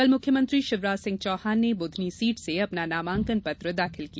कल मुख्यमंत्री शिवराज सिंह चौहान ने बुधनी सीट से अपना नामांकन पत्र दाखिल किया